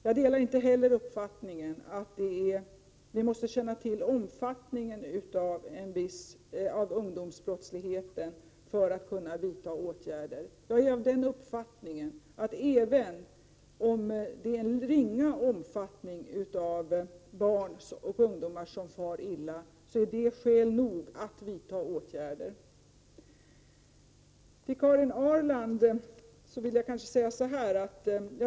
Jag delar inte heller uppfattningen att vi måste känna till omfattningen av ungdomsbrottsligheten för att kunna vidta åtgärder. Även om det är i ringa omfattning som barn och ungdomar far illa, är min uppfattning att det är skäl nog att vidta åtgärder.